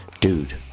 dude